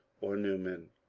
or newman,